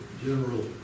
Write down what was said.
General